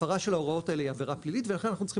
הפרה של ההוראות האלה היא עבירה פלילית ולכן אנחנו צריכים